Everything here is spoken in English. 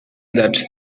that